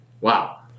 wow